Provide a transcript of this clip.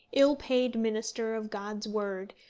ill-paid minister of god's word,